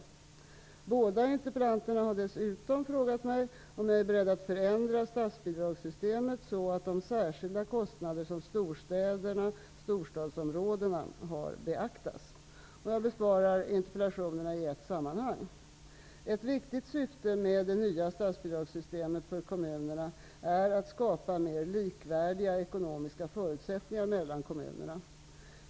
Båda interpellanterna har dessutom frågat mig om jag är beredd att förändra statsbidragssystemet så att de särskilda kostnader som storstäderna/storstadsområdena har beaktas. Jag besvarar interpellationerna i ett sammanhang. Ett viktigt syfte med det nya statsbidragssystemet för kommunerna är att skapa mer likvärdiga ekonomiska förutsättningar mellan kommunerna.